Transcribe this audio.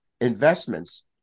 investments